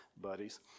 buddies